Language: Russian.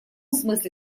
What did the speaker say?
смысле